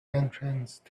entrance